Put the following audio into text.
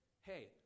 hey